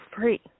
free